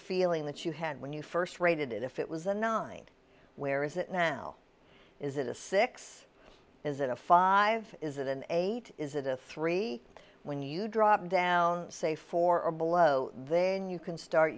feeling that you had when you first rated it if it was the nine where is it now is it a six is it a five is it an eight is it a three when you drop down say four or below then you can start